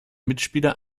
mitspieler